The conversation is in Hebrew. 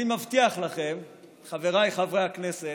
אני מבטיח לכם, חבריי חברי הכנסת,